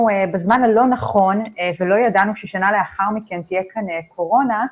בזמן הלא נכון ולא ידענו ששנה לאחר מכן תהיה כאן קורונה,